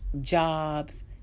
jobs